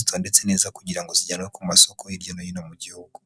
zitondetse neza kugira ngo zigere ku masoko hirya no hino mu gihugu.